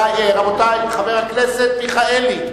רבותי, חבר הכנסת מיכאלי,